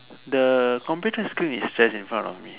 the computer screen is just in front of me